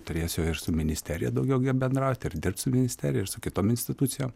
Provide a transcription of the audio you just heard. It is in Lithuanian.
turėsiu su ministerija daugiau bendrauti ir dirbt su ministerija ir su kitom institucijom